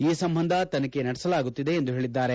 ಈ ಸಂಬಂಧ ತನಿಖೆ ನಡೆಸಲಾಗುತ್ತಿದೆ ಎಂದು ಹೇಳಿದ್ದಾರೆ